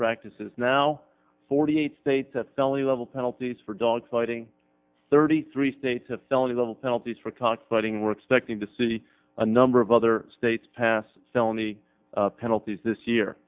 practices now forty eight states have felony level penalties for dog fighting thirty three states have felony level penalties for cockfighting we're expecting to see a number of other states pass felony penalties this year